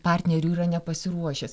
partnerių yra nepasiruošęs